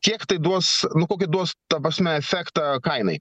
kiek tai duos nu kokį duos ta prasme efektą kainai